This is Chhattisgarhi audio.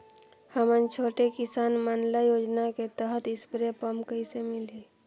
हमन छोटे किसान मन ल योजना के तहत स्प्रे पम्प कइसे मिलही?